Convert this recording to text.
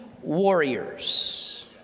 warriors